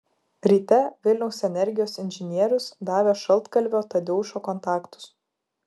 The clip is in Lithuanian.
ryte vilniaus energijos inžinierius davė šaltkalvio tadeušo kontaktus